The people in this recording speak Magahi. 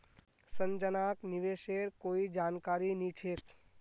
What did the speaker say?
संजनाक निवेशेर कोई जानकारी नी छेक